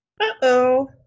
Uh-oh